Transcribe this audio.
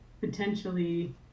potentially